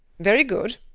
very good.